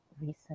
recent